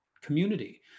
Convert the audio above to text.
community